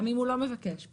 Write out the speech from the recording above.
מיכאל, לא מתאים לך.